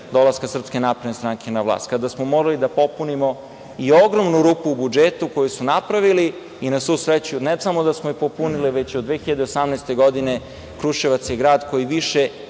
dolaska SNS na vlast, kada smo morali da popunimo i ogromnu rupu u budžetu koju su napravili i na svu sreću ne samo da smo je popunili, već od 2018. godine Kruševac je grad koji više